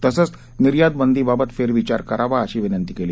तसंच निर्यातबंदीबाबत फेरविचार करावा अशी विनंती केली